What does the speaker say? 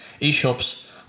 eShops